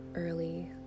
early